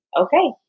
Okay